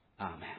Amen